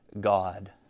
God